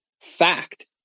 fact